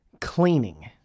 cleaning